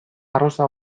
arrosa